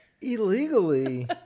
Illegally